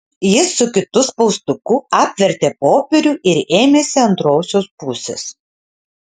jis su kitu spaustuku apvertė popierių ir ėmėsi antrosios pusės